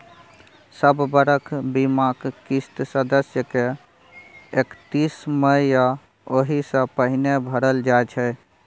सब बरख बीमाक किस्त सदस्य के एकतीस मइ या ओहि सँ पहिने भरल जाइ छै